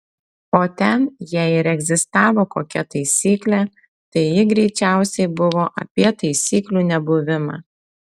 o ten jei ir egzistavo kokia taisyklė tai ji greičiausiai buvo apie taisyklių nebuvimą